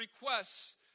requests